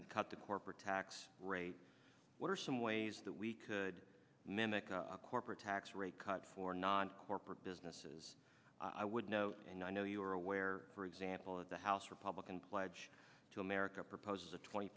and cut the corporate tax rate what are some ways that we could mimic a corporate tax rate cut for non corporate businesses i would note and i know you're aware for example of the house republican pledge to america proposes a twenty